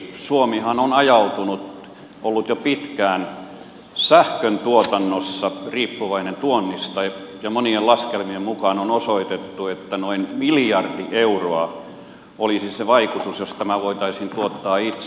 suomihan on ajautunut ollut jo pitkään sähköntuotannossa riippuvainen tuonnista ja monien laskelmien mukaan on osoitettu että noin miljardi euroa olisi se vaikutus jos tämä voitaisiin tuottaa itse